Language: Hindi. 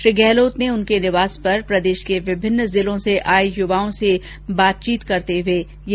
श्री गहलोत ने उनके निवास पर प्रदेश के विभिन्न जिलों से आए युवाओं से बातचीत कर रहे थे